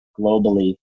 globally